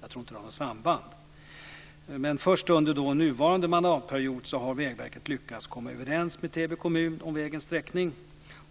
Jag tror inte att det har något samband. Men först under nuvarande mandatperiod har Vägverket lyckats komma överens med Täby kommun om vägens sträckning.